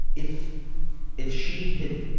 if if she had